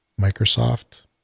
Microsoft